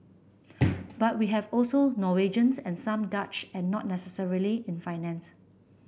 but we have also Norwegians and some Dutch and not necessarily in finance